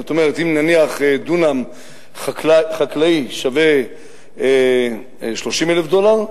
זאת אומרת, אם נניח דונם חקלאי שווה 30,000 דולר,